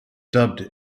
dubbed